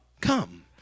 come